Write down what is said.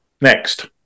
Next